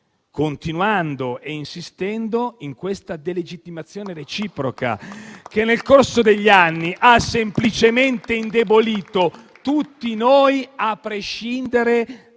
continuando e insistendo in una delegittimazione reciproca che, nel corso degli anni, ha semplicemente indebolito tutti noi, a prescindere